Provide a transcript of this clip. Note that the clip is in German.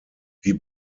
wie